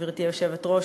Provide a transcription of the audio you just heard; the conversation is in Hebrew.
גברתי היושבת-ראש,